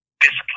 discipline